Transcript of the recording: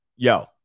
Yo